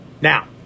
Now